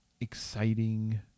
Exciting